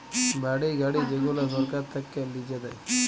বাড়ি, গাড়ি যেগুলা সরকার থাক্যে লিজে দেয়